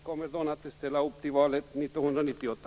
Om det inte går får dessa ställa upp i valet 1998.